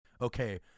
okay